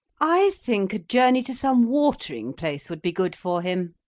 i think a journey to some watering-place would be good for him.